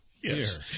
Yes